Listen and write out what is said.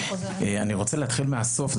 אתחיל מהסוף,